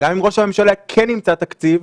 וגם אם ראש הממשלה כן ימצא תקציב,